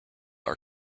are